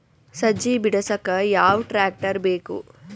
ಸಜ್ಜಿ ಬಿಡಸಕ ಯಾವ್ ಟ್ರ್ಯಾಕ್ಟರ್ ಬೇಕು?